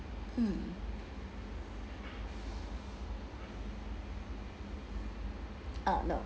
mm ah no